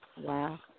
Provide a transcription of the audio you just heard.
Wow